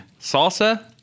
Salsa